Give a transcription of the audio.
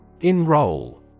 Enroll